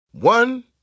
One